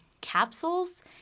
capsules